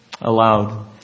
aloud